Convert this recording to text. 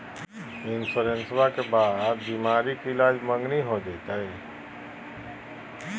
इंसोरेंसबा के बाद बीमारी के ईलाज मांगनी हो जयते?